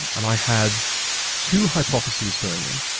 and and i had two hypotheses going in.